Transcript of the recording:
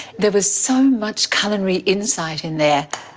there was so much culinary insight in there.